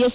S